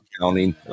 counting